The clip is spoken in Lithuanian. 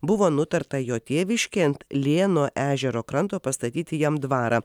buvo nutarta jo tėviškėj ant lėno ežero kranto pastatyti jam dvarą